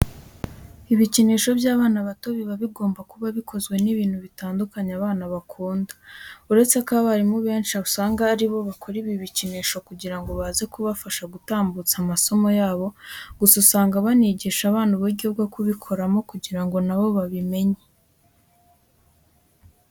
Ibikinisho by'abana bato biba bigomba kuba bikozwe n'ibintu bitandukanye abana bakunda. Uretse ko abarimu benshi usanga ari bo bakora ibi bikinisho kugira ngo bize kubafasha gutambutsa amasomo yabo, gusa usanga banigisha abana uburyo bwo kubikoramo kugira ngo na bo babimenye.